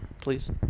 Please